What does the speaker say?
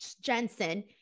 Jensen